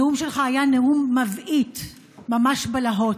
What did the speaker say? הנאום שלך היה נאום מבעית, ממש בלהות.